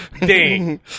ding